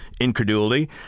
incredulity